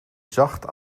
zacht